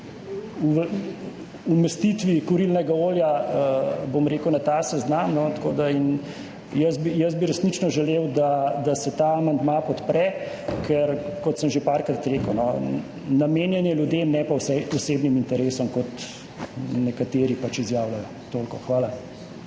o umestitvi kurilnega olja na ta seznam. Jaz bi resnično želel, da se ta amandma podpre, ker je, kot sem že parkrat rekel, namenjen ljudem, ne pa osebnim interesom, kot nekateri pač izjavljajo.